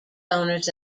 owners